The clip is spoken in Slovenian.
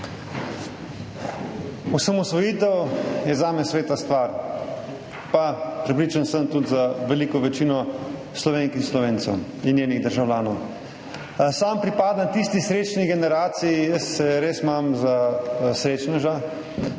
Osamosvojitev je zame sveta stvar in prepričan sem, da tudi za veliko večino Slovenk in Slovencev in njenih državljanov. Sam pripadam tisti srečni generaciji – res se imam za srečneža